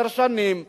עשר שנים.